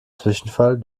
zwischenfall